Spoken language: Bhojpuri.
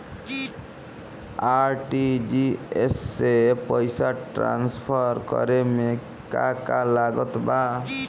आर.टी.जी.एस से पईसा तराँसफर करे मे का का लागत बा?